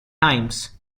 times